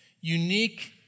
unique